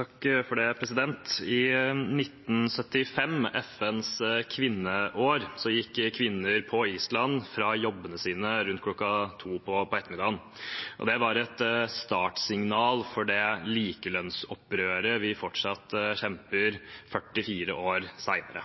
I 1975, FNs kvinneår, gikk kvinner på Island fra jobbene sine rundt klokken to på ettermiddagen. Det var et startsignal for det likelønnsopprøret vi fortsatt kjemper 44 år senere,